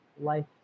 life